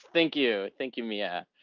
thank you. thank you, mia.